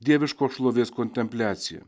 dieviškos šlovės kontempliacija